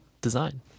design